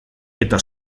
eta